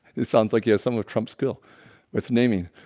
it sounds like you have some of trump's skill with naming